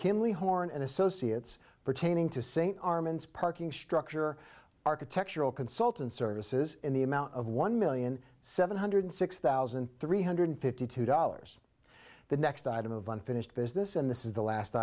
kimberly horne and associates pertaining to st armand's parking structure architectural consultant services in the amount of one million seven hundred six thousand three hundred fifty two dollars the next item of unfinished business and this is the last